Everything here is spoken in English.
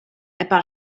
about